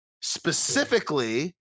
specifically